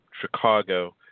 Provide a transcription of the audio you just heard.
Chicago